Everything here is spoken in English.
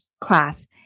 class